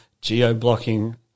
geo-blocking